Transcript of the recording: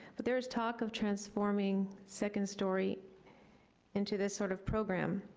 but there is talk of transforming second story into this sort of program,